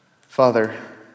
Father